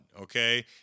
okay